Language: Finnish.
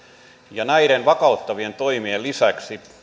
ja näiden vakauttavien toimien lisäksi